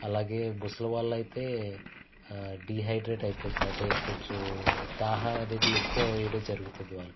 అలాగే ముసలివాళ్ళయితే డిహైడ్రేట్ అయిపోతున్నారు అంటే కొంచెం దాహామనేది ఎక్కువేయడం జరుగుతుంది వాళ్ళకి